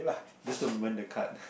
just don't burn the card